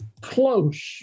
Close